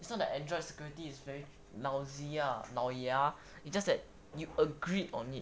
it's not that android security is very lousy lah laoya it's just that you agreed on it